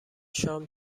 شام